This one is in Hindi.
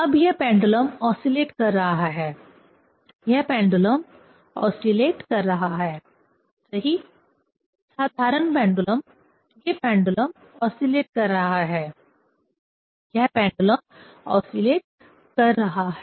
अब यह पेंडुलम ओसीलेट कर रहा है यह पेंडुलम ओसीलेट कर रहा है सही साधारण पेंडुलम यह पेंडुलम ओसीलेट कर रहा है यह पेंडुलम ओसीलेट कर रहा है